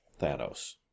Thanos